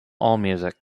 allmusic